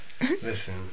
Listen